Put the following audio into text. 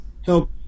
help